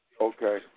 Okay